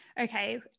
okay